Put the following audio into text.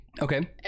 Okay